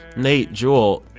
nate, jule,